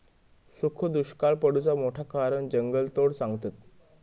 सुखो दुष्काक पडुचा मोठा कारण जंगलतोड सांगतत